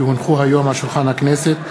כי הונחה היום על שולחן הכנסת,